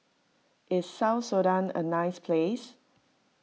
is South Sudan a nice place